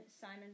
Simon